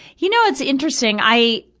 you know, it's interesting. i,